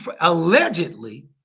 Allegedly